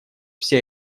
вся